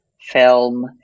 film